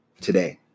today